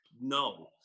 No